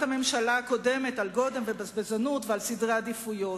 הממשלה הקודמת על גודל ובזבזנות ועל סדרי עדיפויות.